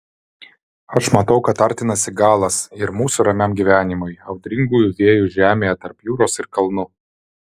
aš matau kad artinasi galas ir mūsų ramiam gyvenimui audringųjų vėjų žemėje tarp jūros ir kalnų